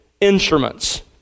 instruments